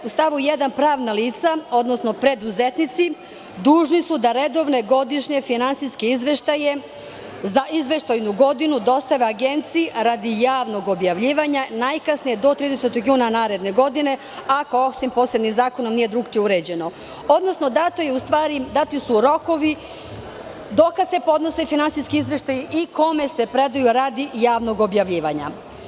U stavu 1. kaže – pravna lica, odnosno preduzetnici, dužni su da redovne godišnje finansijske izveštaje za izveštajnu godinu dostave agenciji radi javnog objavljivanja, najkasnije do 30. juna naredne godine, osim ako posebnim zakonom nije drugačije uređeno, odnosno dati su rokovi do kada se podnose finansijski izveštaji i kome se predaju radi javnog objavljivanja.